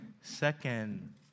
second